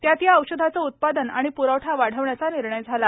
त्यात या औषधाचं उत्पादन आणि प्रवठा वाढण्याचा निर्णय झाला